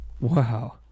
Wow